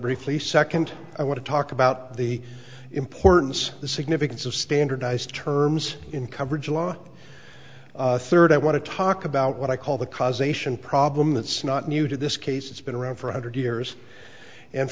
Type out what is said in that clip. briefly second i want to talk about the importance the significance of standardized terms in coverage law third i want to talk about what i call the causation problem that's not new to this case it's been around for a hundred years and